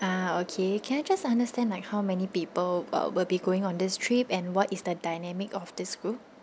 ah okay can I just understand like how many people uh will be going on this trip and what is the dynamic of this group